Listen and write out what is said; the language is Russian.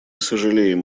сожалеем